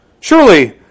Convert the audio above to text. surely